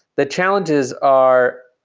the challenges are,